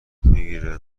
میگیره